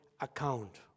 account